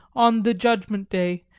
on the judgment day,